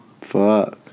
Fuck